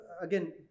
again